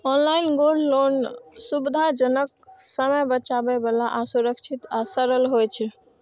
online gold loan सुविधाजनक, समय बचाबै बला आ सुरक्षित आ सरल होइ छै